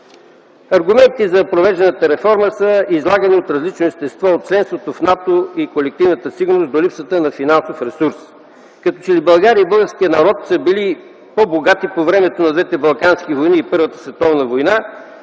Аргументите за провежданата реформа са излагани и са от различно естество - от членството в НАТО и колективната сигурност до липсата на финансов ресурс. Като че ли България и българският народ са били по-богати по времето на двете балкански войни и Първата световна война,